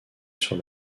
sur